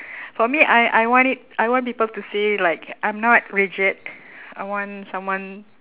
for me I I want it I want people to see like I'm not rigid I want someone